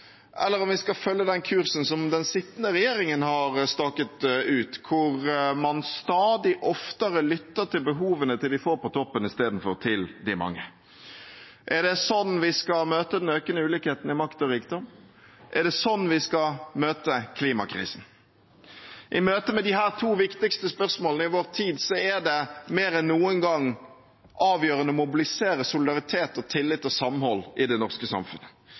eller om vi skal følge den kursen som den sittende regjeringen har staket ut, hvor man stadig oftere lytter til behovene til de få på toppen, istedenfor til de mange. Er det slik vi skal møte den økende ulikheten i makt og rikdom? Er det slik vi skal møte klimakrisen? I møte med disse to viktigste spørsmålene i vår tid er det mer enn noen gang avgjørende å mobilisere solidaritet, tillit og samhold i det norske samfunnet.